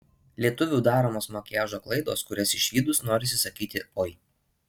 lietuvių daromos makiažo klaidos kurias išvydus norisi sakyti oi